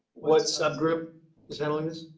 what subgroup is handling this.